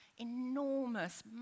enormous